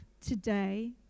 today